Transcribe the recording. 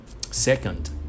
Second